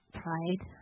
pride